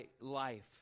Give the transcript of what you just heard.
life